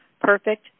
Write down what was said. perfect